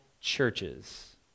churches